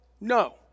No